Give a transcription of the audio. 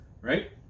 right